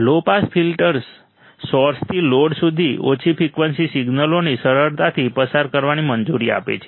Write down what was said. લો pass filter સોર્સથી load સુધી ઓછી ફ્રિકવન્સી સિગ્નલોને સરળતાથી પસાર કરવાની મંજૂરી આપે છે